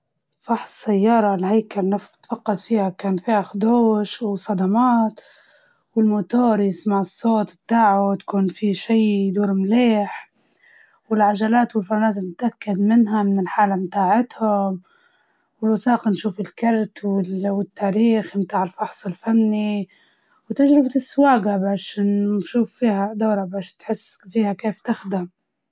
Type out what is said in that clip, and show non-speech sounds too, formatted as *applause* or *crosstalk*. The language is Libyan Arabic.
أول شي نفحص المحرك، ونتأكد إنه يشتغل، وما فيها أصوات غريبة، بعدين نشوف القوايم لو كانت بحالة كويسة، ولازم نتأكد من الفرامل، *hesitation* إنها تشتغل كويس، وما ننسى نشيك على العداد كان واقعي، ونشوف لو في صدمات أو خربشات على الهيكل، وفي النهاية نجرب السيارة، ولا الدراجة علشان نتأكد من أنها *unintelligible* طيبة لما نسوق به.